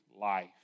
life